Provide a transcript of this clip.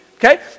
Okay